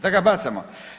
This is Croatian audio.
Da ga bacamo?